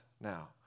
now